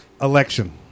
election